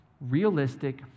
realistic